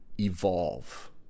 evolve